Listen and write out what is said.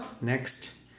next